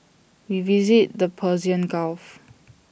we visited the Persian gulf